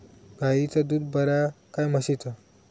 गायचा दूध बरा काय म्हशीचा?